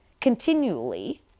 continually